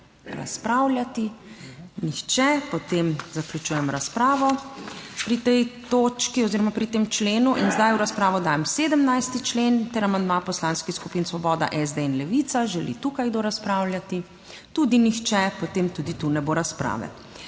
razpravljati? Nihče. Potem zaključujem razpravo pri tej točki oziroma pri tem členu. In zdaj v razpravo dajem 17. člen ter amandma poslanskih skupin Svoboda, SD in Levica. Želi tukaj kdo razpravljati? Tudi nihče potem tudi tu ne bo razprave.